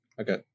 Okay